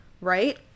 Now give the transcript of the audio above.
right